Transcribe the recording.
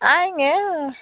आएंगे